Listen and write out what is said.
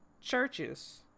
churches